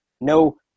no